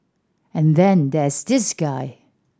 and then there's this guy